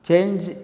Change